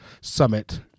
summit